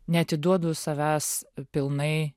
neatiduodu savęs pilnai